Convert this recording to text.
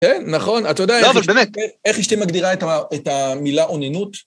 כן, נכון, אתה יודע, איך אשתי מגדירה את המילה אוננות?